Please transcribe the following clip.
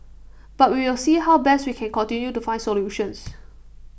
but we will see how best we can continue to find solutions